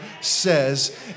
says